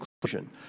conclusion